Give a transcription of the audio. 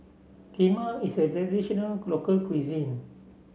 Kheema is a traditional local cuisine